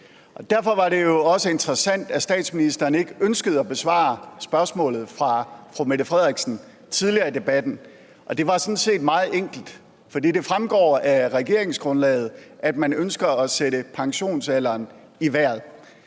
derfor var det jo også interessant, at statsministeren ikke ønskede at besvare spørgsmålet fra fru Mette Frederiksen tidligere i debatten, og det var sådan set meget enkelt. For det fremgår af regeringsgrundlaget, at man ønsker at sætte pensionsalderen i vejret.